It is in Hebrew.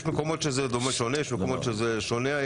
יש מקומות שזה דומה ויש מקומות שזה שונה.